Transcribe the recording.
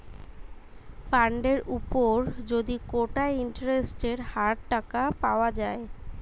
ফান্ডের উপর যদি কোটা ইন্টারেস্টের হার টাকা পাওয়া যায়